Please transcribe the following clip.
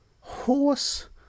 horse